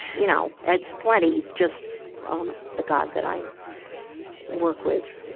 you know, it's plenty just um the god that i work with